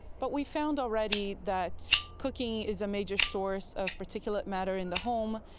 but we found already that cooking is a major source of particulate matter in the home,